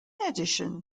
addition